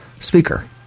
speaker